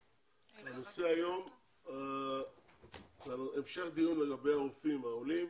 הנושא היום הוא המשך דיון לגבי הרופאים העולים.